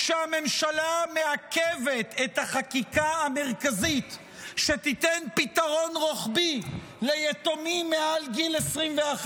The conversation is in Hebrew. שהממשלה מעכבת את החקיקה המרכזית שתיתן פתרון רוחבי ליתומים מעל גיל 21,